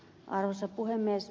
arvoisa puhemies